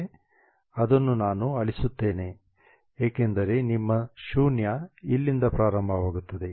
ಅದನ್ನು ನಾನು ಅಳಿಸುತ್ತೇನೆ ಏಕೆಂದರೆ ನಿಮ್ಮ 0 ಇಲ್ಲಿಂದ ಪ್ರಾರಂಭವಾಗುತ್ತದೆ